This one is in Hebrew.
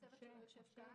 שהצוות שלו יושב כאן.